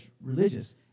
religious